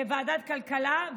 לוועדת הכלכלה.